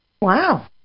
wow